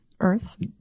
Earth